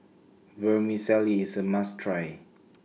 Vermicelli IS A must Try